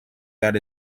that